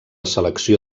selecció